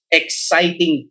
exciting